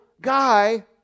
guy